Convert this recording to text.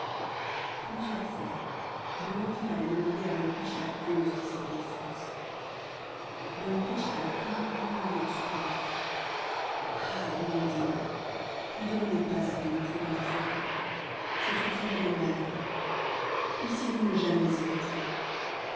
plusieurs fois blondine avait demandé à bonne biche la cause de cette défense bonne biche avait toujours répondu en soupirant ah blondine ne demandez pas à pénétrer dans la forêt c'est une forêt de malheur puissiez-vous ne jamais y entrer